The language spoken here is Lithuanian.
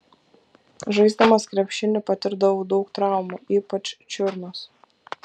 žaisdamas krepšinį patirdavau daug traumų ypač čiurnos